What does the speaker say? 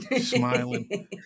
Smiling